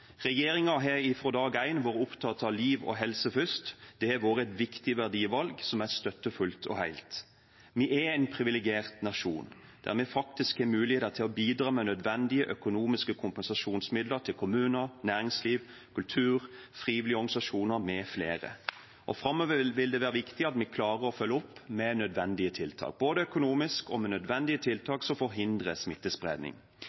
har fra dag én vært opptatt av liv og helse først. Det har vært et viktig verdivalg, som jeg støtter fullt og helt. Vi er en privilegert nasjon, der vi faktisk har muligheter til å bidra med nødvendige økonomiske kompensasjonsmidler til kommuner, næringsliv, kultur, frivillige organisasjoner, mfl. Framover vil det være viktig at vi klarer å følge opp med nødvendige tiltak, både økonomisk og med nødvendige